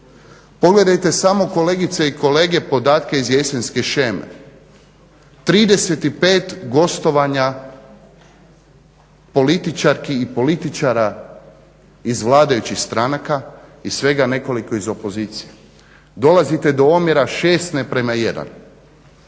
Pogledajte samo kolegice i kolege podatke iz jesenske sheme, 35 gostovanja političarki i političara iz vladajućih stranaka i svega nekoliko iz opozicije. Dolazite do omjera 6:1,